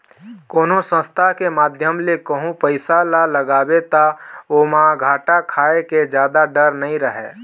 कोनो संस्था के माध्यम ले कहूँ पइसा ल लगाबे ता ओमा घाटा खाय के जादा डर नइ रहय